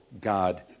God